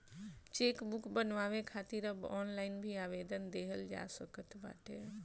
chequebook बनवावे खातिर अब ऑनलाइन भी आवेदन देहल जा सकत बाटे